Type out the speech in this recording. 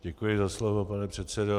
Děkuji za slovo, pane předsedo.